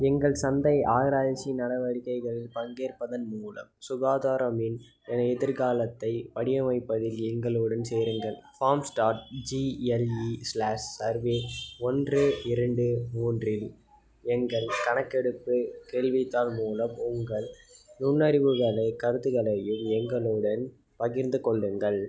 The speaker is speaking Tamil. எங்கள் சந்தை ஆராய்ச்சி நடவடிக்கைகளில் பங்கேற்பதன் மூலம் சுகாதாரம் இன் எதிர்காலத்தை வடிவமைப்பதில் எங்களுடன் சேருங்கள் forms dot G L E slash survey ஒன்று இரண்டு மூன்று இல் எங்கள் கணக்கெடுப்பு கேள்வித்தாள் மூலம் உங்கள் நுண்ணறிவுகளை கருத்துகளையும் எங்களுடன் பகிர்ந்து கொள்ளுங்கள்